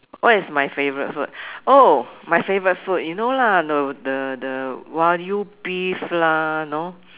what is my favourite food oh my favourite food you know lah the the the Wagyu beef lah you know